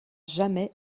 jamais